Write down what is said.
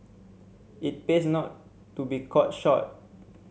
it pays not to be caught short